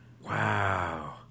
Wow